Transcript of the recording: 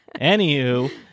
Anywho